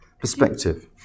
perspective